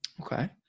okay